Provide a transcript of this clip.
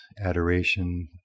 Adoration